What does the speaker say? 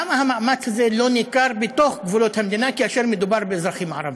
למה המאמץ הזה לא ניכר בתוך גבולות המדינה כאשר מדובר באזרחים ערבים?